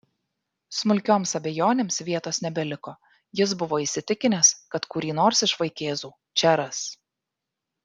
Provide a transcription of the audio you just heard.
smulkioms abejonėms vietos nebeliko jis buvo įsitikinęs kad kurį nors iš vaikėzų čia ras